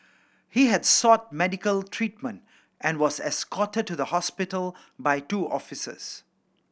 he had sought medical treatment and was escorted to the hospital by two officers